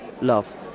love